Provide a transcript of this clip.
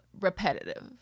repetitive